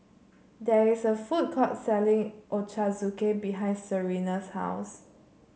there is a food court selling Ochazuke behind Serina's house